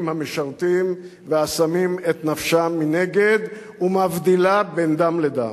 המשרתים ומשליכים נפשם מנגד ומבדילה בין דם לדם.